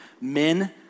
Men